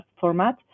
format